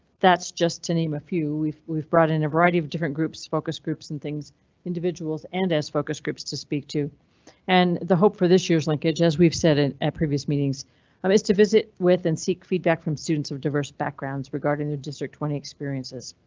that's just to name a few we've we've brought in a variety of different groups, focus groups, and things individuals and as focus groups to speak to and the hope for this year's linkage. as we've said at previous meetings um is to visit with and seek feedback from students of diverse backgrounds regarding their district twenty experiences.